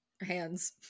hands